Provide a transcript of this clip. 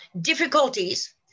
difficulties